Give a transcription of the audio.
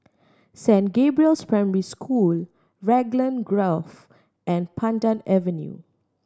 Saint Gabriel's Primary School Raglan Grove and Pandan Avenue